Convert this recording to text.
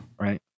right